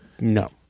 No